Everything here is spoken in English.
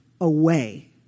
away